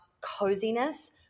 coziness